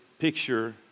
Picture